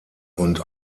und